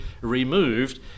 removed